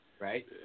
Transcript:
right